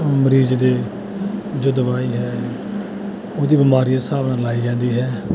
ਮਰੀਜ਼ ਦੇ ਜੋ ਦਵਾਈ ਹੈ ਉਹਦੀ ਬਿਮਾਰੀ ਦੇ ਹਿਸਾਬ ਨਾਲ ਲਾਈ ਜਾਂਦੀ ਹੈ